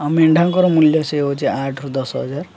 ଆଉ ମେଣ୍ଢାଙ୍କର ମୂଲ୍ୟ ସେ ହେଉଛି ଆଠରୁ ଦଶ ହଜାର